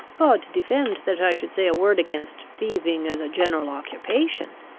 god defend that i should say a word against thieving as a general occupation!